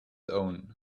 own